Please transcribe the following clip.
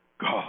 God